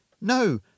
No